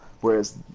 whereas